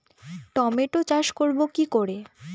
Tomato চাষ করব কি করে?